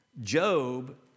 Job